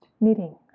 knitting